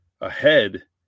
ahead